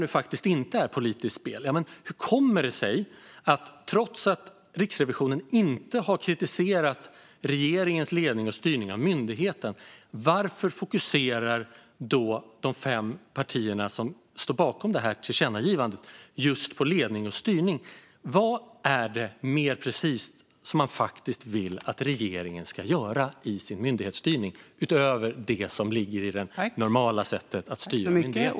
Om det här inte är politiskt spel, hur kommer det sig då att de fem partier som står bakom tillkännagivandet fokuserar på just ledning och styrning, trots att Riksrevisionen inte har kritiserat regeringens ledning och styrning? Vad är det, mer precis, som man vill att regeringen ska göra i sin myndighetsstyrning, utöver det normala sättet att styra myndigheter?